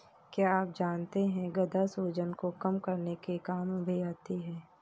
क्या आप जानते है गदा सूजन को कम करने के काम भी आता है?